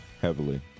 heavily